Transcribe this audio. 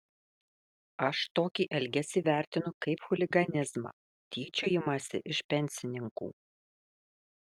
aš tokį elgesį vertinu kaip chuliganizmą tyčiojimąsi iš pensininkų